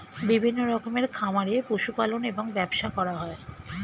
বিভিন্ন রকমের খামারে পশু পালন এবং ব্যবসা করা হয়